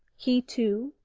he two,